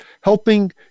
helping